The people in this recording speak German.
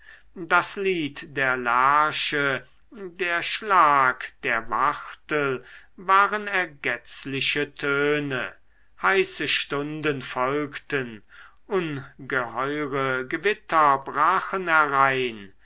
das lied der lerche der schlag der wachtel waren ergetzliche töne heiße stunden folgten ungeheure gewitter brachen herein